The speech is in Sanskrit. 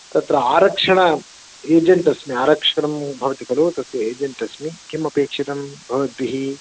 तत्र आरक्षण एजेण्ट् अस्मि आरक्षणं भवति खलु तस्य एजेण्ट् अस्मि किम् अपेक्षितं भवद्भिः